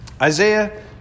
Isaiah